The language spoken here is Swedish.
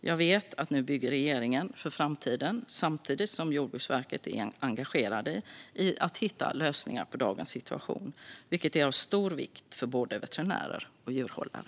Jag vet att nu bygger regeringen för framtiden samtidigt som Jordbruksverket är engagerat i att hitta lösningar på dagens situation, vilket är av stor vikt för både veterinärer och djurhållare.